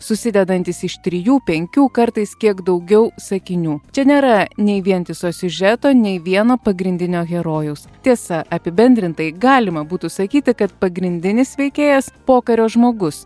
susidedantys iš trijų penkių kartais kiek daugiau sakinių čia nėra nei vientiso siužeto nei vieno pagrindinio herojaus tiesa apibendrintai galima būtų sakyti kad pagrindinis veikėjas pokario žmogus